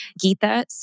Gita